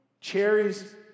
cherries